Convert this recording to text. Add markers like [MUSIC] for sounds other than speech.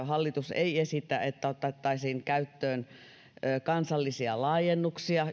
[UNINTELLIGIBLE] hallitus ei esitä että tähän direktiiviin otettaisiin juurikaan käyttöön kansallisia laajennuksia